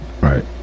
Right